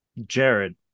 Jared